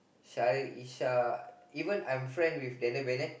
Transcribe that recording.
Shariq-Ishah even I'm friend with Daniel-Bennett